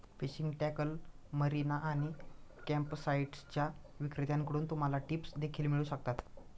fishing tackle, marina आणि कॅम्पसाइट्सच्या विक्रेत्यांकडून तुम्हाला टिप्स देखील मिळू शकतात